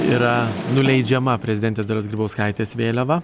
yra nuleidžiama prezidentės dalios grybauskaitės vėliava